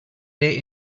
lay